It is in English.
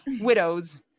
widows